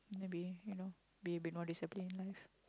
maybe you know be a bit more disciplined